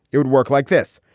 it would work like this.